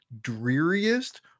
dreariest